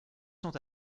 sont